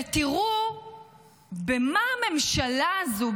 ותראו במה הממשלה הזו,